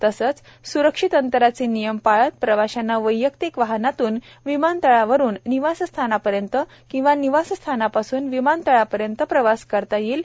तसंच सुरक्षित अंतराचे नियम पाळत प्रवाशांना वैयक्तिक वाहनातून विमानतळावरुन निवासस्थानापर्यंत किंवा निवासस्थानापासून विमानतळापर्यंत प्रवास करता येईल